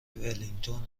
ولینگتون